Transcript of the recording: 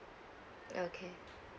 okay